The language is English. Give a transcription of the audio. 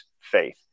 faith